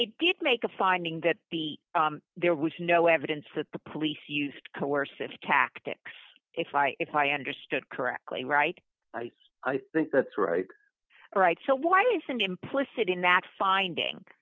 it did make a finding that the there was no evidence that the police used coercive tactics if i if i understood correctly right i think that's right right so why isn't implicit in that finding